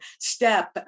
step